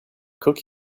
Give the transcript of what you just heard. cook